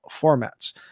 formats